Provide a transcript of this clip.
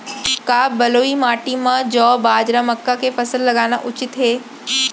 का बलुई माटी म जौ, बाजरा, मक्का के फसल लगाना उचित हे?